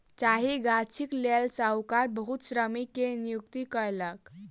चाह गाछीक लेल साहूकार बहुत श्रमिक के नियुक्ति कयलक